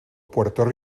puerto